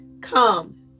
come